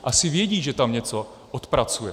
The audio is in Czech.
Asi vědí, že tam něco odpracuje.